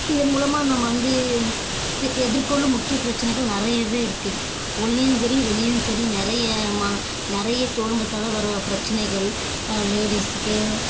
இதன் மூலமாக நம்ம வந்து சி எதிர்கொள்ளும் முக்கிய பிரச்சினைகள் நிறையவே இருக்குது உள்ளேயும் சரி வெள்லேயும் சரி நிறைய ம நிறைய தொழில்நுட்பத்தால் வரும் பிரச்சினைகள் லேடிஸ்ஸுக்கு